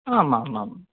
आम् आम् आम्